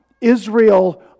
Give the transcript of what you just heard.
Israel